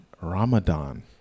Ramadan